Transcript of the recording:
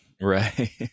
Right